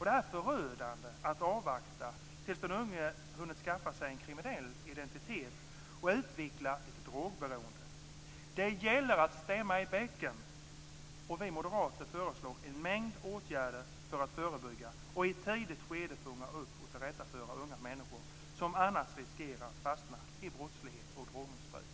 Det är förödande att avvakta tills den unge hunnit skaffa sig en kriminell identitet och utveckla ett drogberoende. Det gäller att stämma i bäcken. Vi moderater föreslår en mängd åtgärder för att förebygga och i ett tidigt skede fånga upp och tillrättaföra unga människor som annars riskerar att fastna i brottslighet och drogmissbruk.